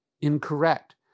incorrect